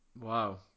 Wow